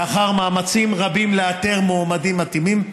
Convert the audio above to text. לאחר מאמצים רבים לאתר מועמדים מתאימים.